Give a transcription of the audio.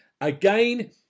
Again